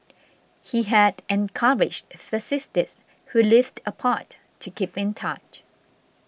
he had encouraged the sisters who lived apart to keep in touch